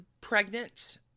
pregnant